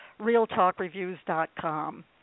RealtalkReviews.com